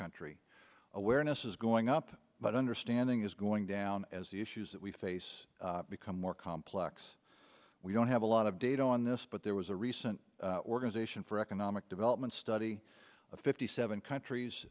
country awareness is going up but understanding is going down as the issues that we face become more complex we don't have a lot of data on this but there was a recent organization for economic development study of fifty seven